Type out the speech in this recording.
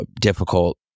difficult